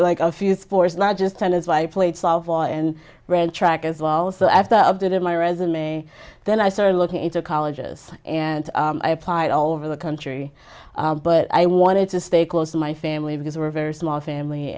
like a few sports largest tennis i played softball and read track as well so after of that in my resume then i started looking into colleges and i applied all over the country but i wanted to stay close to my family because we're very small family